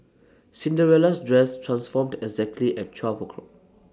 Cinderella's dress transformed exactly at twelve o'clock